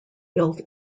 built